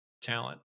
talent